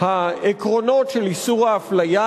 העקרונות של איסור האפליה,